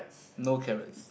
no carrots